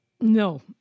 No